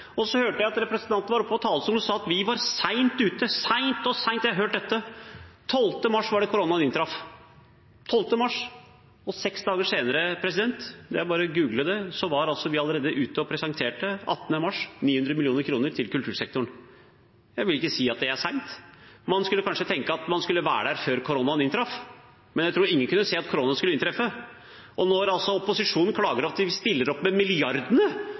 hørte at representanten var oppe på talerstolen og sa at vi var sent ute. Sent? Det var 12. mars at koronaen inntraff, og seks dager senere, allerede 18. mars – det er bare å google det – var vi ute og presenterte 900 mill. kr til kultursektoren. Jeg vil ikke si at det er sent. Man kunne kanskje tenke at man skulle vært der før koronaen inntraff, men jeg tror ingen kunne forutse at koronaen skulle inntreffe. Og når opposisjonen klager over at vi stiller opp med